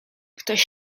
ktoś